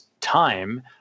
time